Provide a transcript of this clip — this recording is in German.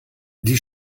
die